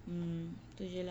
mm tu jer lah